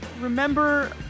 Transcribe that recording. remember